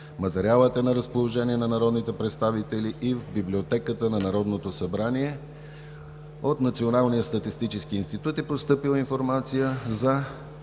Материалът е на разположение на народните представители и в Библиотеката на Народното събрание. От Националния статистически институт е постъпила информация за